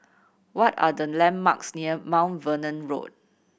what are the landmarks near Mount Vernon Road